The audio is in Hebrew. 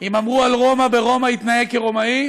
אם אמרו על רומא: ברומא התנהג כרומאי,